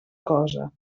cosa